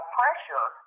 pressure